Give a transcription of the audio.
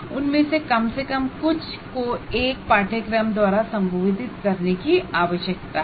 उनमें से कम से कम कुछ को एक कोर्स द्वारा संबोधित करने की आवश्यकता है